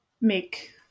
make